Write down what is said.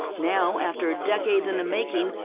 now after decades and the making,